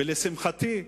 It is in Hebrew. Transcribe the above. ולשמחתי,